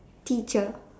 teacher